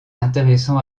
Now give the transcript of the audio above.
intéressant